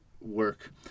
work